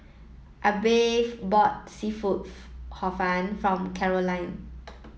Abbey bought seafood Hor Fun for Caroline